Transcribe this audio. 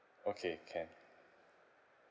okay can